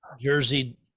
jersey